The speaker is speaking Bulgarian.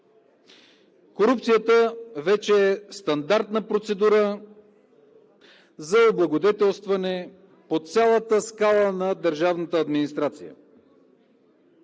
Корупцията вече е стандартна процедура за облагодетелстване по цялата скала на държавната администрация.